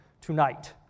tonight